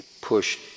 pushed